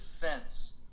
defense